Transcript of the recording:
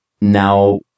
now